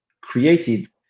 created